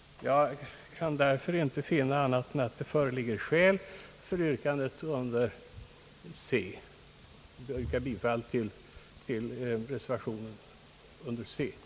Jag kan alltså inte finna annat än att det föreligger skäl för ett bifall till reservationen under punkt C.